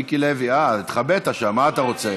מיקי לוי, אה, התחבאת שם, מה אתה רוצה.